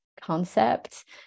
concept